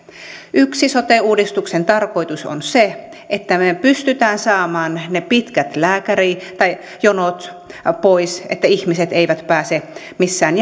yksi sote uudistuksen tarkoitus on se että me pystymme saamaan ne pitkät lääkärijonot pois koska ihmiset eivät pääse missään